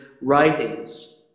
writings